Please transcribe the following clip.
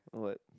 ah what